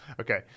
Okay